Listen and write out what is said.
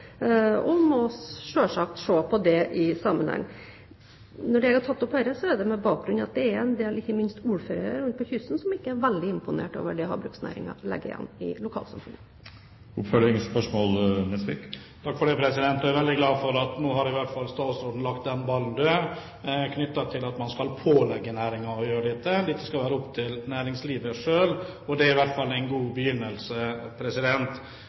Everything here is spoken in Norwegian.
og vi må selvsagt se det i en sammenheng. Når jeg har tatt opp dette, er det med bakgrunn i at det er en del – ikke minst – ordførere langs kysten som ikke er veldig imponert over det havbruksnæringen legger igjen i lokalsamfunnet. Jeg er veldig glad for at statsråden nå i hvert fall har lagt den ballen død at man skal pålegge næringen å gjøre dette. Dette skal være opp til næringslivet selv, og det er i hvert fall en